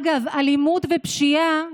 אגב, אלימות ופשיעה